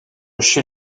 chez